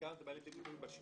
ובעיקר זה בא לידי ביטוי בשיפוע